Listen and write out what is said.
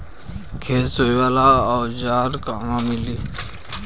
खेत सोहे वाला औज़ार कहवा मिली?